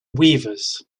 weavers